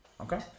Okay